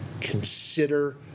consider